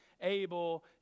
Abel